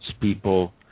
people